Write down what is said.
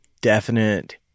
definite